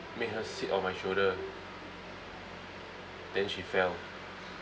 made her sit on my shoulder then she fell